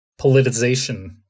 Politicization